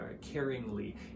caringly